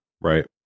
Right